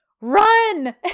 run